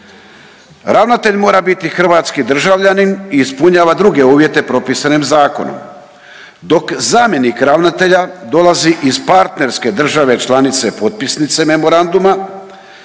Ravnatelj mora biti hrvatski državljanin i ispunjava druge uvjete propisane zakonom, dok zamjenik ravnatelja dolazi iz partnerske države članice potpisnice memoranduma,